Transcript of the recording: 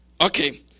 Okay